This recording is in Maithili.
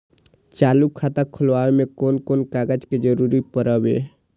चालु खाता खोलय में कोन कोन कागज के जरूरी परैय?